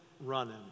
running